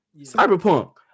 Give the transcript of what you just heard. Cyberpunk